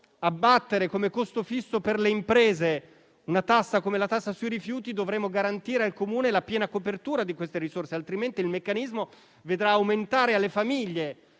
abbattere come costo fisso per le imprese una tassa come quella sui rifiuti dovremo garantire al Comune la piena copertura delle risorse, altrimenti il meccanismo vedrà scaricare sulle famiglie